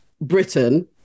Britain